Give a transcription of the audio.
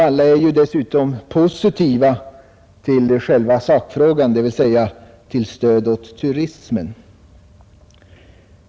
Alla är dessutom positiva till själva sakfrågan, dvs. till stöd åt turismen.